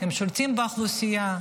הם שולטים באוכלוסייה.